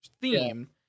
theme